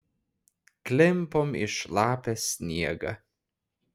klimpom į šlapią sniegą